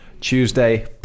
Tuesday